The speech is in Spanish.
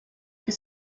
que